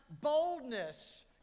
boldness